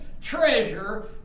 treasure